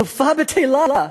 סופה בטלה.